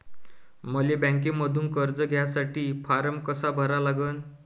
मले बँकेमंधून कर्ज घ्यासाठी फारम कसा भरा लागन?